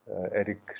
Eric